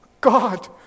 God